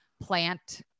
plant